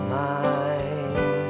mind